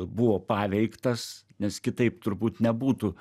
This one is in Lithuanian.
buvo paveiktas nes kitaip turbūt nebūtų